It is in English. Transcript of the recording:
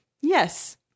Yes